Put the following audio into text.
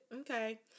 okay